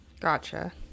Gotcha